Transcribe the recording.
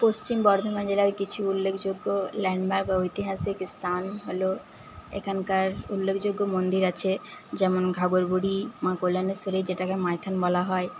পশ্চিম বর্ধমান জেলায় কিছু উল্লেখযোগ্য ল্যান্ডমার্ক বা ঐতিহাসিক স্থান হল এখানকার উল্লেখযোগ্য মন্দির আছে যেমন ঘাগর বুড়ি মা কল্যানেশ্বরী যেটাকে মাইথন বলা হয়